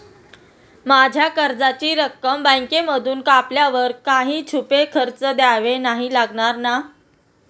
माझ्या कर्जाची रक्कम बँकेमधून कापल्यावर काही छुपे खर्च द्यावे नाही लागणार ना?